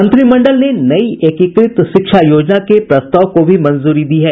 मंत्रिमंडल ने नई एकीकृत शिक्षा योजना के प्रस्ताव को भी मंजूरी दी है